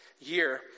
year